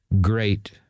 great